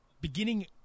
beginning